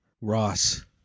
Ross